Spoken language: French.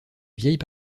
vieille